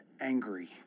angry